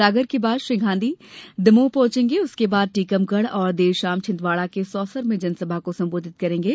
सागर के बाद श्री गांधी दमोह पहॅचेंगे उसके बाद टीकमगढ़ और देर शाम छिन्दवाड़ा के सौसर में जनसभा को संबोधित करेंगे